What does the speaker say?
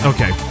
Okay